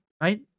right